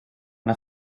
una